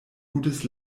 gutes